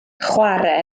chware